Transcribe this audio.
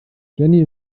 jenny